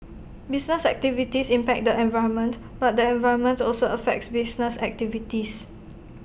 business activities impact the environment but the environment also affects business activities